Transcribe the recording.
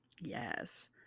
yes